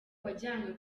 wajyanwe